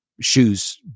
shoes